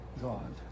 God